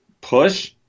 Push